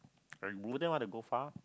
I wouldn't want to go far